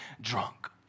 drunk